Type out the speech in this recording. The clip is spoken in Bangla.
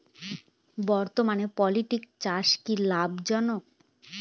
বর্তমানে পোলট্রি চাষ কি লাভজনক?